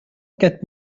quatre